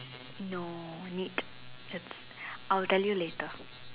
no need it's I'll tell you later